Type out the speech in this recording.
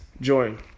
join